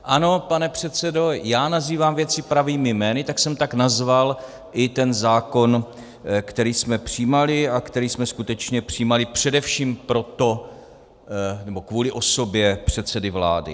Ano, pane předsedo, já nazývám věci pravými jmény, tak jsem nazval i ten zákon, který jsme přijímali, a který jsme skutečně přijímali především proto, nebo kvůli osobě předsedy vlády.